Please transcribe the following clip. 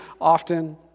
often